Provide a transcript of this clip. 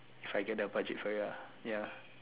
if I get the budget for it ah ya